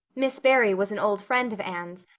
miss barry was an old friend of anne's,